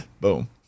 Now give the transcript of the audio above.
Boom